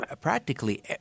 practically